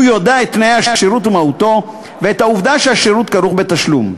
הוא יודע את תנאי השירות ומהותו ואת העובדה שהשירות כרוך בתשלום.